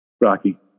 Rocky